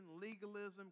legalism